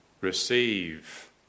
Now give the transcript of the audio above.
receive